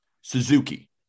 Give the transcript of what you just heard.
Suzuki